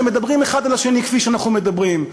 שמדברים אחד אל השני כפי שאנחנו מדברים,